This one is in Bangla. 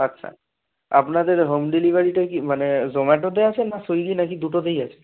আচ্ছা আপনাদের হোম ডেলিভারিটা কি মানে জোম্যাটোতে আছে না সুইগি না কি দুটোতেই আছে